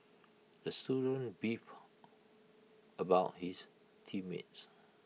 the student beefed about his team mates